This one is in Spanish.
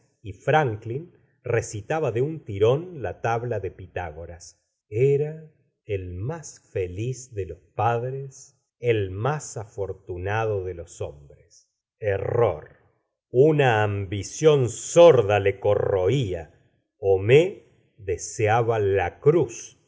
y franklin recitaba de un tirón la tabla de pitágoras era el más feliz de las padres el más afortunado de los hombres error una ambición sorda le corroía homais deseaba la